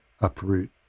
uproot